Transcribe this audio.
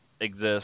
exist